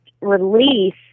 release